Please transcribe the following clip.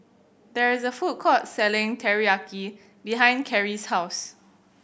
there is a food court selling Teriyaki behind Kerrie's house